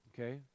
okay